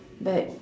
but